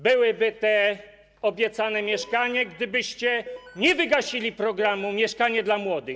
Byłyby te obiecane mieszkania, gdybyście nie wygasili programu „Mieszkanie dla młodych”